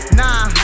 nah